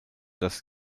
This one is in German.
das